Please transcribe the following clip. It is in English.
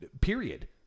period